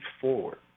forward